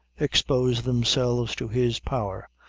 expose themselves to his power,